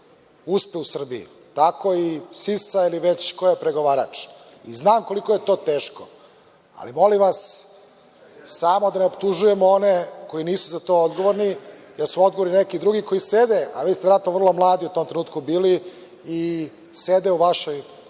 uspe u Srbiji, tako i „Sisal“ ili već ko je pregovarač i znam koliko je to teško, ali molim vas samo da ne optužujemo one koji nisu za to odgovorni, već su odgovorni neki drugi koji sede, ali vi ste verovatno vrlo mladi u tom trenutku bili, i sede u vašoj